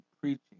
preaching